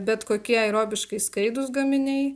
bet kokie aerobiškai skaidūs gaminiai